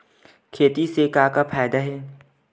खेती से का का फ़ायदा हे?